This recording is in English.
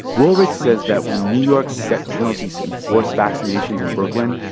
willrich says that when new york set penalties to enforce vaccinations in brooklyn,